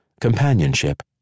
companionship